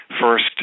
first